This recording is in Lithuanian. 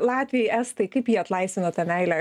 latviai estai kaip jie atlaisvina tą meilę